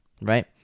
right